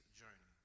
journey